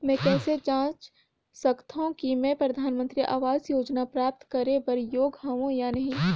मैं कइसे जांच सकथव कि मैं परधानमंतरी आवास योजना प्राप्त करे बर योग्य हववं या नहीं?